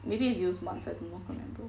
maybe it's use once I don't know can't remember